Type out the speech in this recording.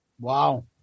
Wow